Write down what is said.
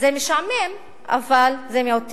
זה משעמם, אבל זה מאוד טבעי.